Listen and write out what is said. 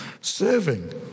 Serving